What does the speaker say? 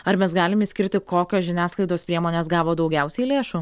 ar mes galim išskirti kokios žiniasklaidos priemonės gavo daugiausiai lėšų